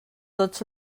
tots